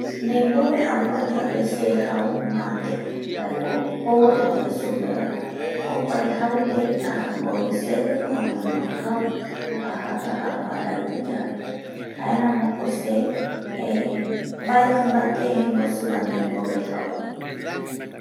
Deibobe apua yabe se jau mate jaeko poro yae supe bae jokuae jau dei aja bove seji oñono jau ajata aparaiki yae, jaeramoko se eh baeti bate jenbosi ba deibove jau